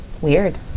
Weird